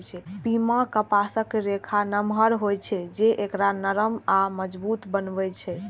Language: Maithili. पीमा कपासक रेशा नमहर होइ छै, जे एकरा नरम आ मजबूत बनबै छै